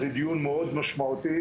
זה דיון מאוד משמעותי.